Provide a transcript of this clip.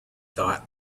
thought